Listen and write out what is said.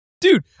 Dude